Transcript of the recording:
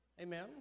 Amen